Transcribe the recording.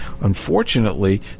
Unfortunately